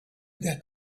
that